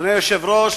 אדוני היושב-ראש,